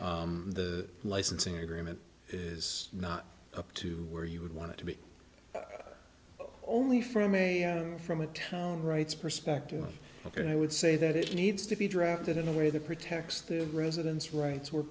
the licensing agreement is not up to where you would want to be only from am from a town rights perspective ok i would say that it needs to be drafted in a way that protects the residents rights were